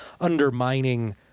undermining